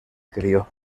crio